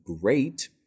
great